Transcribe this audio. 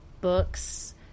books